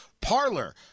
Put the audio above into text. parlor